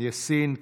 יאסין,